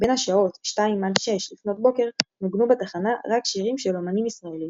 בין השעות 0200–0600 נוגנו בתחנה רק שירים של אמנים ישראלים